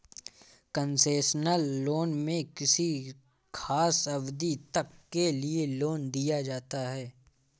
concessional loan में किसी खास अवधि तक के लिए लोन दिया जाता है